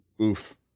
Oof